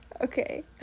Okay